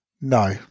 no